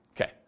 Okay